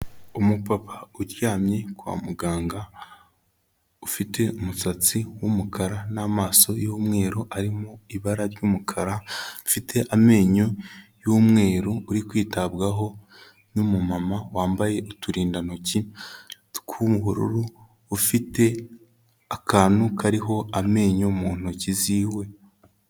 Umupapa uryamye kwa muganga ufite umusatsi w'umukara n'amaso y'umweru, arimo ibara ry'umukara, ufite amenyo y'umweru, uri kwitabwaho n'umumama wambaye uturindantoki tw'ubururu, ufite akantu kariho amenyo mu ntoki ziwe.